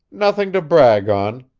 nothin' to brag on,